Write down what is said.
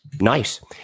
Nice